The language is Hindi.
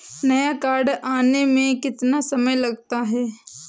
नया कार्ड आने में कितना समय लगता है?